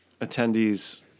attendees